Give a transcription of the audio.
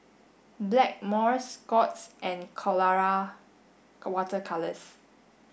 Blackmores Scott's and Colora water colors